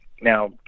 Now